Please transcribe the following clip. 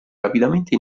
rapidamente